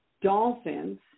dolphins